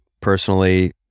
personally